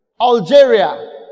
Algeria